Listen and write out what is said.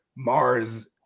mars